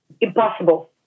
Impossible